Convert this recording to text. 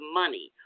money